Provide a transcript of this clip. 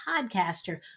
podcaster